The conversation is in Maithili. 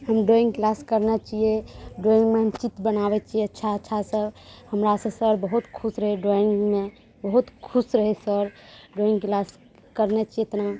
कोनो ड्राइङ्ग किलास करना चाहिए ड्राइङ्गमे चित्र बनाबैत छियै अच्छा अच्छासँ हमरासँ सर बहुत खुश रहै ड्राइङ्गमे बहुत खुश रहै सर ड्राइङ्ग किलास करने छियै इतना